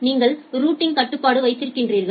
நீங்கள் ரூட்டிங் கட்டுப்பாடு வைத்திருக்கிறீர்கள்